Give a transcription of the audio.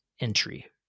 entry